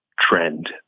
trend